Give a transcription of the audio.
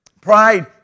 Pride